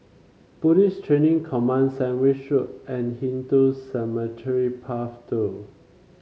Police Training Command Sandwich Road and Hindu Cemetery Path Two